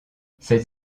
cette